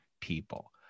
people